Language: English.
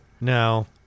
No